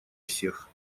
всех